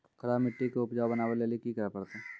खराब मिट्टी के उपजाऊ बनावे लेली की करे परतै?